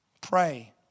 pray